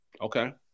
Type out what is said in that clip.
Okay